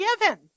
given